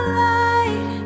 light